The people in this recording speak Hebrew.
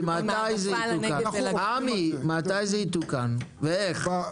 מתי זה יתוקן ואיך?